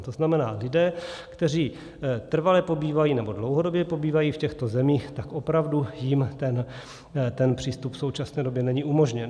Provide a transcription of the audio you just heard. To znamená lidé, kteří trvale pobývají nebo dlouhodobě pobývají v těchto zemích, tak opravdu jim ten přístup v současné době není umožněn.